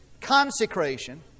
consecration